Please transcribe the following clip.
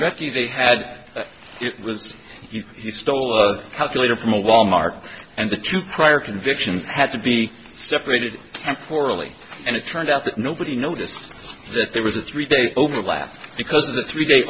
recchi they had it was he stole a calculator from a wal mart and the two prior convictions had to be separated and poorly and it turned out that nobody noticed that there was a three day overlap because of the three day